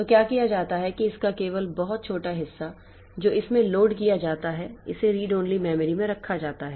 तो क्या किया जाता है कि इसका केवल बहुत छोटा हिस्सा जो इसमें लोड किया जाता है इसे रीड ओनली मेमोरी में रखा जाता है